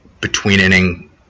between-inning